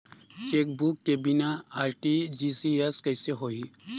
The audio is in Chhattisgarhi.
चेकबुक के बिना आर.टी.जी.एस कइसे होही?